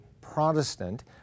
Protestant